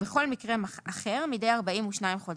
ובכל מקרה אחר מדי 42 חודשים.